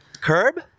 Curb